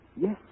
Yes